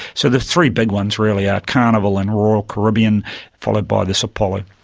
so the three big ones, really, are carnival and royal caribbean followed by this apollo.